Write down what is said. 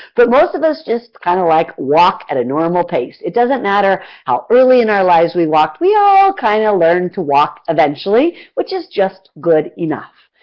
but most of us just kind of like walk at a normal pace. it doesn't matter how early in our lives that we walk, we all kind of learn to walk eventually which is just good enough.